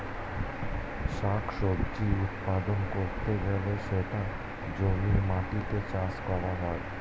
শাক সবজি উৎপাদন করতে গেলে সেটা জমির মাটিতে চাষ করা হয়